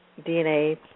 DNA